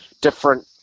different